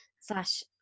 slash